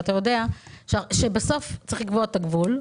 ואתה יודע שבסוף צריך לקבוע את הגבול,